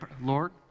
Lord